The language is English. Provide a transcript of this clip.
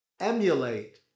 emulate